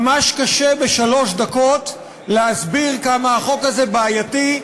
ממש קשה בשלוש דקות להסביר כמה החוק הזה בעייתי,